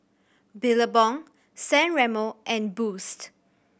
Billabong San Remo and Boost